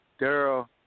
Daryl